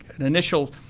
an initial